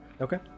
okay